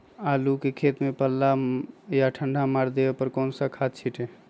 आलू के खेत में पल्ला या ठंडा मार देवे पर कौन खाद छींटी?